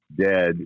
dead